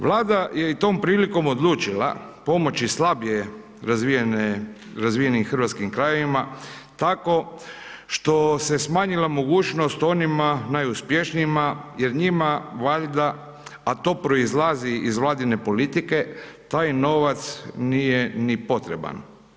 Vlada je tom prilikom odlučila pomoći slabije razvijenim hrvatskim krajevima, tako što se je smanjila mogućnost onima najuspješnijima jer njima valjda, a to proizlazi iz vladine politike, taj novac, nije ni potreban.